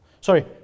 Sorry